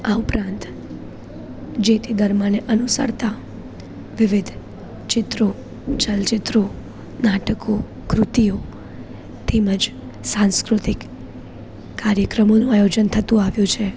આ ઉપરાંત જે તે ધર્મને અનુસરતા વિવિધ ચિત્રો ચલચિત્રો નાટકો કૃતિઓ તેમજ સાંસ્કૃતિક કાર્યકર્મોનું આયોજન થતું આવ્યું છે